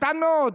קטן מאוד.